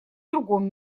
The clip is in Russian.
другом